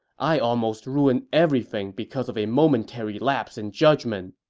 i almost ruined everything because of a momentary lapse in judgment.